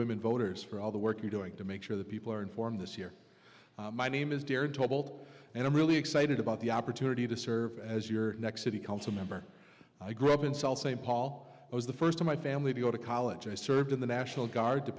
women voters for all the work you're doing to make sure the people are informed this year my name is dared tolt and i'm really excited about the opportunity to serve as your next city council member i grew up in st paul was the first in my family to go to college i served in the national guard to